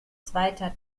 zweiter